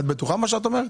את בטוחה מה שאת אומרת?